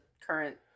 current